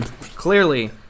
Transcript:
clearly